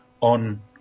on